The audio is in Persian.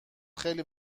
خیلی